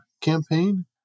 campaign